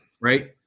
Right